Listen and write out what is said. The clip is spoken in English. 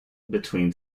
between